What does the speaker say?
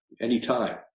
anytime